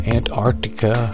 Antarctica